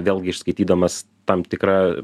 vėlgi išskaitydamas tam tikrą